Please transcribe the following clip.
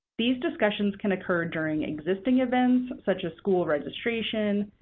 these discussions can occur during existing events such as school registration,